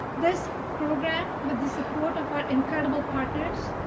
this program, with the support of our incredible partners.